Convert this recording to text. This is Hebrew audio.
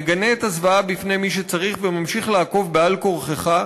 מגנה את הזוועה בפני מי שצריך וממשיך לעקוב בעל כורחך,